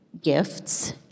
gifts